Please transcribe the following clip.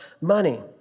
money